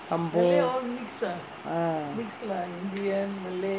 ah